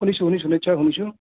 শুনিছোঁ শুনিছোঁ নিশ্চয় শুনিছোঁ